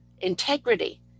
integrity